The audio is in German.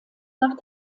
nach